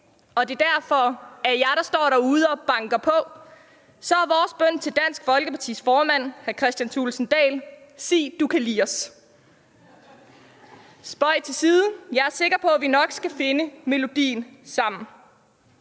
og det derfor er jer, der står derude og banker på, så er vores bøn til Dansk Folkepartis formand, hr. Kristian Thulesen Dahl: Sig, du kan li' os. Spøg til side, jeg er sikker på, at vi nok skal finde melodien sammen.